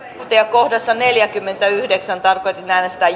kohdassa neljäkymmentäyhdeksän tarkoitus oli äänestää